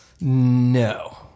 No